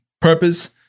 purpose